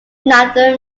neither